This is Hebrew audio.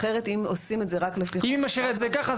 אם היא משאירה את זה ככה,